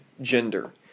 gender